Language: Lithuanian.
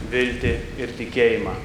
viltį ir tikėjimą